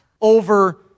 over